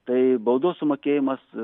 tai baudos sumokėjimas